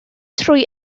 trwy